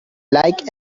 like